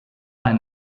ein